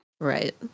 right